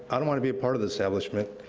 i don't wanna be a part of the establishment.